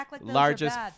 largest